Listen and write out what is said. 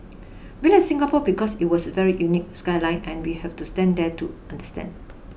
we like Singapore because it was a very unique skyline and we have to stand there to understand